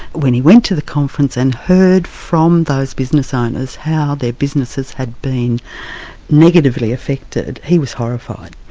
when he went to the conference and heard from those business owners how their businesses had been negatively affected, he was horrified.